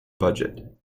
budget